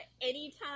anytime